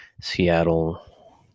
Seattle